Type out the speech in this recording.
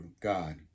God